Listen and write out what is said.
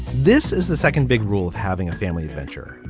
this is the second big rule of having a family adventure.